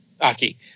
Aki